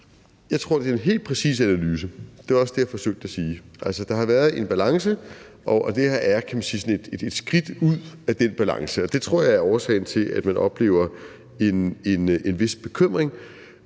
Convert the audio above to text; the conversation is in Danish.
Jeg tror, det er en helt præcis analyse. Det var også det, jeg forsøgte at sige. Der har været en balance, og det her er et skridt ud af den balance, og det tror jeg er årsagen til, at man oplever en vis bekymring.